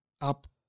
up